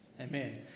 amen